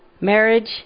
marriage